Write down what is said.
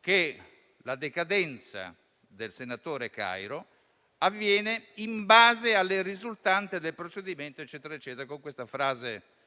che la decadenza del senatore Cario avviene in base alle risultanze del procedimento, con una frase